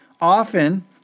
Often